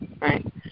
right